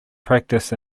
practice